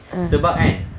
ah